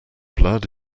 blood